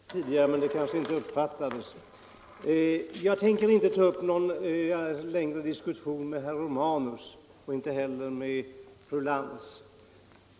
Herr talman! Jag begärde ordet tidigare, men det uppfattades kanske inte. Jag tänker inte ta upp någon längre diskussion med herr Romanus och inte heller med fru Lantz.